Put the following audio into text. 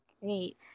Great